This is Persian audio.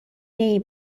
نمی